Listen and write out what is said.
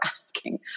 asking